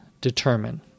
determine